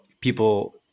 people